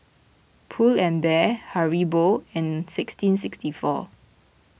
Pull and Bear Haribo and sixteen sixty four